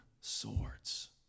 swords